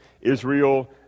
Israel